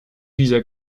dieser